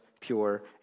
pure